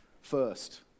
First